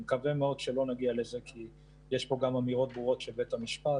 אני מקווה מאוד שלא נגיע ל --- יש פה גם אמירות ברורות של בית המשפט.